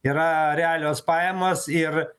yra realios pajamos ir